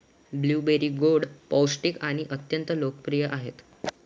blueberry गोड, पौष्टिक आणि अत्यंत लोकप्रिय आहेत